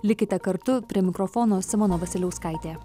likite kartu prie mikrofono simona vasiliauskaitė